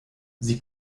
sie